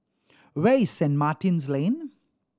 where is Saint Martin's Lane